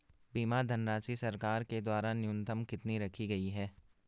बीमा धनराशि सरकार के द्वारा न्यूनतम कितनी रखी गई है?